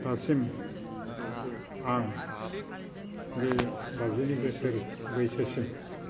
दासिम आं बे बाजिनै बोसोर बैसोसिम